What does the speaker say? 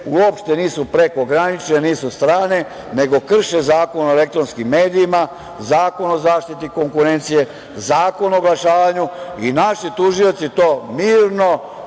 uopšte nisu prekogranične, nisu strane, nego krše Zakon o elektronskim medijima, Zakon o zaštiti konkurencije, Zakon o oglašavanju i naši tužioci to mirno